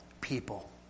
people